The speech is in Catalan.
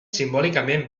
simbòlicament